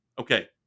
Okay